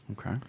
Okay